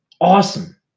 awesome